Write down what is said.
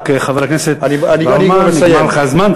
רק, חבר הכנסת, אני, נגמר לך הזמן.